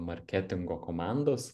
marketingo komandos